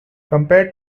compared